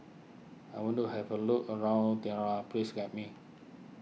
I want to have a look around please guide me